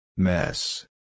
Mess